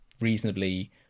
reasonably